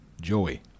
Joey